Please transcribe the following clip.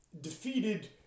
defeated